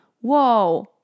Whoa